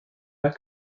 pas